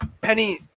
Penny